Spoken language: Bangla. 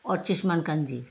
অর্চিষ্মান কাঞ্জি